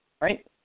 right